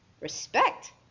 Respect